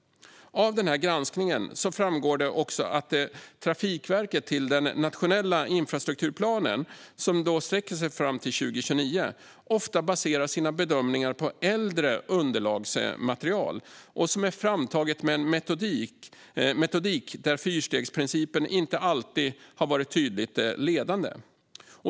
Av denna granskning framgår det också att Trafikverket till den nationella infrastrukturplanen, som sträcker sig fram till 2029, ofta baserar sina bedömningar på äldre underlagsmaterial som är framtaget med en metodik där fyrstegsprincipen inte alltid har varit tydligt ledande.